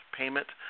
payment